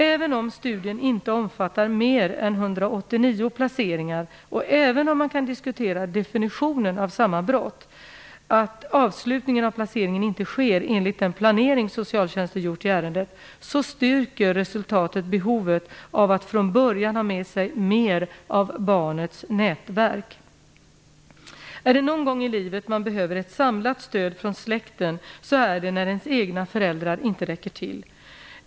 Även om studien inte omfattar mer än 189 placeringar och även om man kan diskutera definitionen av sammanbrott - att avslutningen av placeringen inte sker enligt den planering socialtjänsten gjort i ärendet - styrker resultatet behovet av att från början ha med sig mer av barnets nätverk. Är det någon gång i livet man behöver ett samlat stöd från släkten så är det när ens egna föräldrar inte räcker till.